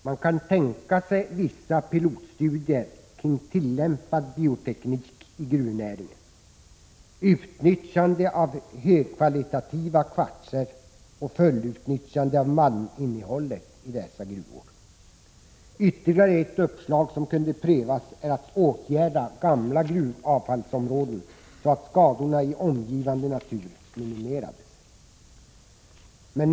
Man kan tänka sig vissa pilotstudier om tillämpad bioteknik i gruvnäringen, utnyttjande av högkvalitativa kvartser och fullutnyttjande av malminnehållet i dessa gruvor. Ytterligare ett uppslag som kunde prövas är att man åtgärdar gamla gruvavfallsområden, så att skadorna i omgivande natur minimerades.